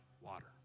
water